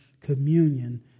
communion